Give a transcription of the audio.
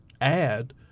add